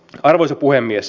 arvoisa puhemies